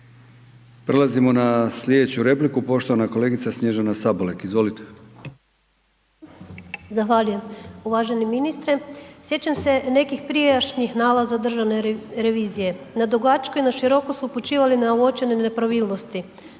Prelazimo na slijedeću repliku. Poštovana kolegica Snježana Sabolek, izvolite.